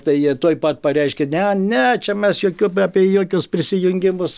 tai jie tuoj pat pareiškė ne ne čia mes jokių apie jokius prisijungimus